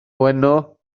beuno